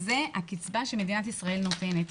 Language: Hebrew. זאת הקצבה שמדינת ישראל נותנת.